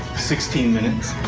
sixteen minutes?